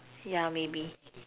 yeah maybe